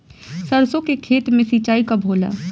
सरसों के खेत मे सिंचाई कब होला?